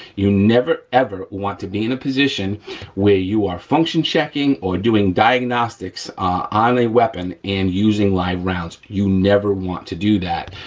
you never ever want to be in a position where you are function-checking or doing diagnostics on a weapon and using live rounds. you never want to do that,